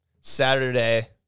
Saturday